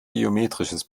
geometrisches